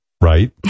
right